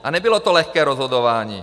A nebylo to lehké rozhodování.